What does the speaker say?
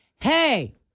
Hey